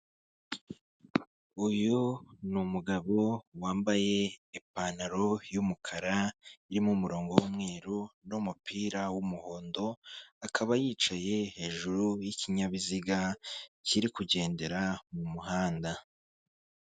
Uyu ni umugabo wambaye ipantaro y'umukara, irimo umurongo w'umweru, n'umupira w'umuhondo, akaba yicaye hejuru y'ikinyabiziga kiri kugendera mu muhanda.